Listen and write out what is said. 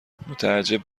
متعجب